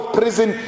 prison